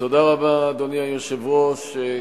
אדוני היושב-ראש,